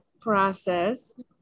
process